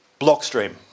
Blockstream